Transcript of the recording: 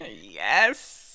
yes